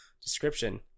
description